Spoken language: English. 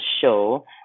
show